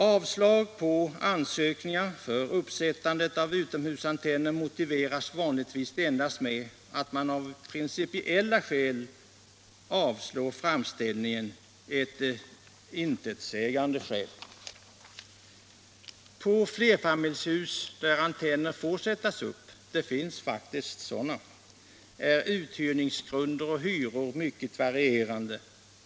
Avslag på ansökningar om uppsättande av utomhusantenner motiveras vanligtvis endast med att man, av principiella skäl, avslår framställningen - en intetsägande motivering. I flerfamiljshus där antenner får sättas upp — det finns faktiskt sådana fastigheter — är uthyrningsgrunder och hyror mycket varierande.